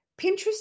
Pinterest